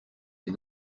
des